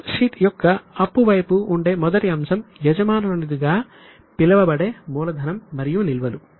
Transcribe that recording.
balance sheet యొక్క అప్పు వైపు ఉండే మొదటి అంశం యజమానుల నిధిగా పిలువబడే మూలధనం మరియు నిల్వలు